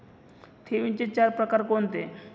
ठेवींचे चार प्रकार कोणते?